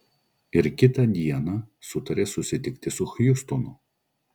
ir kitą dieną sutarė susitikti su hjustonu